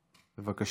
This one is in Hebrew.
בבקשה.